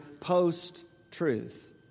post-truth